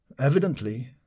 Evidently